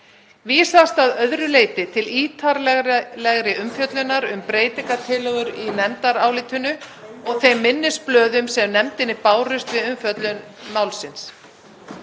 Vísast að öðru leyti til ítarlegri umfjöllunar um breytingartillögur í nefndarálitinu og þeim minnisblöðum sem nefndinni bárust við umfjöllun málsins.